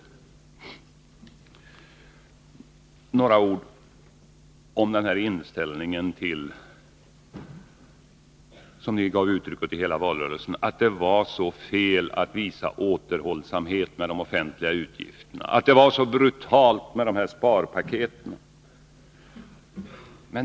Så några ord om den inställning som ni gav uttryck åt i hela valrörelsen, att det var så fel att visa återhållsamhet med de offentliga utgifterna, att det var så brutalt med dessa sparpaket.